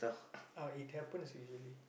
oh it happens usually